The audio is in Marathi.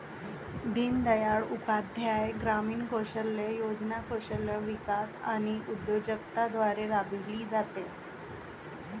दीनदयाळ उपाध्याय ग्रामीण कौशल्य योजना कौशल्य विकास आणि उद्योजकता द्वारे राबविली जाते